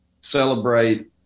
celebrate